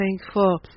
thankful